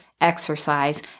exercise